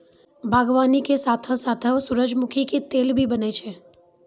बागवानी के साथॅ साथॅ सूरजमुखी के तेल भी बनै छै